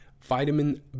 vitamin